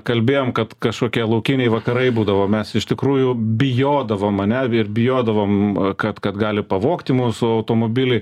kalbėjom kad kažkokie laukiniai vakarai būdavo mes iš tikrųjų bijodavom ane ir bijodavom kad kad gali pavogti mūsų automobilį